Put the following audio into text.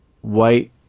white